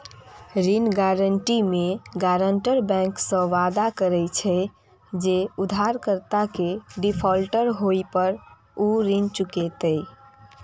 ऋण गारंटी मे guarantor bank सं वादा करे छै, जे उधारकर्ता के डिफॉल्टर होय पर ऊ ऋण चुकेतै